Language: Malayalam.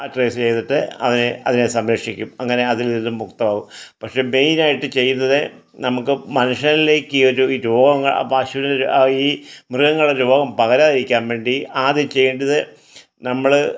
ആ ഡ്രസ്സ് ചെയ്തിട്ട് അതിനെ അതിനെ സംരക്ഷിക്കും അങ്ങനെ അതിൽ നിന്നും മുക്തമാക്കും പക്ഷെ മെയിനായിട്ട് ചെയ്യുന്നത് നമുക്ക് മനുഷ്യരിലേക്ക് ഈ ഒരു രോഗം ആ പശുവിന് ആ ഈ മൃഗങ്ങളുടെ രോഗം പകരാതെയിരിക്കാൻ വേണ്ടി ആദ്യം ചെയ്യേണ്ടത് നമ്മള്